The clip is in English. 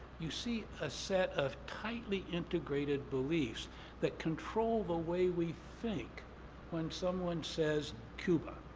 you see ah set of tightly integrated beliefs that control the way we think when someone says cuba.